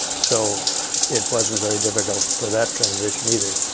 so it wasn't very difficult for that transition, either.